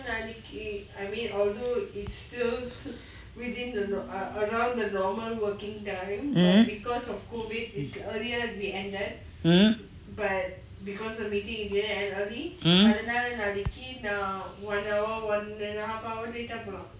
mmhmm mm mm